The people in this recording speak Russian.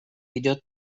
ведет